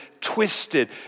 twisted